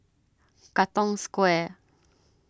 Katong Square